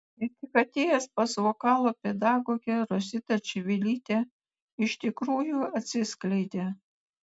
ir tik atėjęs pas vokalo pedagogę rositą čivilytę iš tikrųjų atsiskleidė